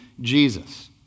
Jesus